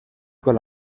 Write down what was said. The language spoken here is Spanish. con